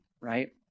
right